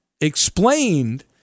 explained